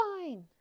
fine